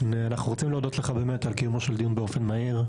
אנחנו רוצים להודות לך על קיומו של דיון באופן מהיר,